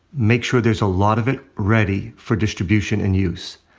make sure there's a lot of it ready for distribution and use.